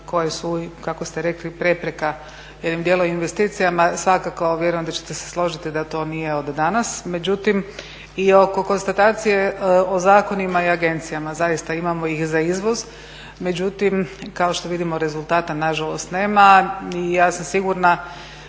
koje su kako ste rekli prepreka jednim dijelom investicijama, svakako vjerujem da ćete se složiti da to nije od danas. Međutim, i oko konstatacije o zakonima i agencijama, zaista imamo ih za izvoz, međutim kao što vidimo rezultata nažalost nema. I ja sam sigurna